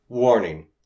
Warning